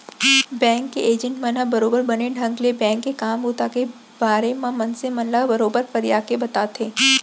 bank के agent मन ह बरोबर बने ढंग ले बेंक के काम बूता के बारे म मनसे मन ल बरोबर फरियाके बताथे